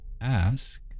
ask